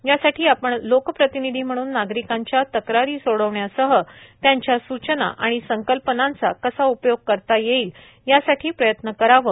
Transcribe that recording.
यासाठी आपण लोकप्रतिनिधी म्हणून नागरिकांच्या तक्रारी सोडविण्यासह त्यांच्या सूचना आणि संकल्पनांचा कसा उपयोग करता येईल यासाठी प्रयत्न करावं